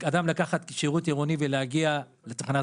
אדם יכול לקחת שירות עירוני ולהגיע לתחנת